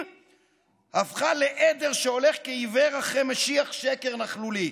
הפכה לעדר שהולך כעיוור אחרי משיח שקר נכלולי.